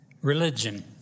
religion